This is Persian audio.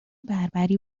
بربری